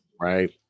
Right